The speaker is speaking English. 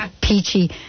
peachy